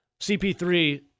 CP3